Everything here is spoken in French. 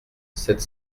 sept